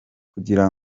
kugira